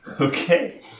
Okay